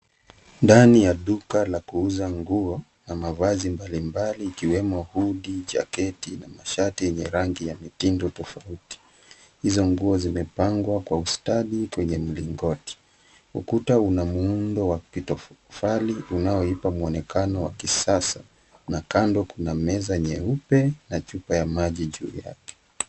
Ndani ya duka la kuuza nguo na mavazi mbali mbali , ikiwemo hudi, jaketi, na mashati yenye rangi ya mitindo tofauti. Hizo nguo zimepangwa kwa ustadi kwenye milingoti. Ukuta una muundo wa kitofali unaoipa muonekano wa kisasa , na kando kuna meza nyeupe na chupa ya maji juu yake.